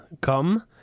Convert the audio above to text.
come